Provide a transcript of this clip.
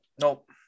Nope